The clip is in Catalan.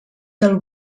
del